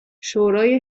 شورای